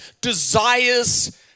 desires